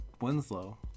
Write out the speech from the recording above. Winslow